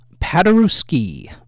Paderewski